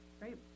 Great